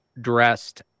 dressed